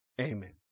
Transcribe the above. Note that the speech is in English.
Amen